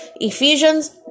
Ephesians